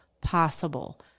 possible